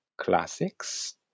classics